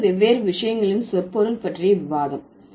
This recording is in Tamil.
6வது வெவ்வேறு விஷயங்களின் சொற்பொருள் பற்றிய விவாதம்